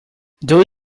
dull